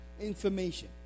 Information